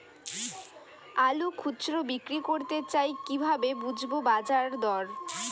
আলু খুচরো বিক্রি করতে চাই কিভাবে বুঝবো বাজার দর?